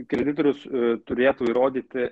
kreditorius turėtų įrodyti